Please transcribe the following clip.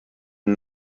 und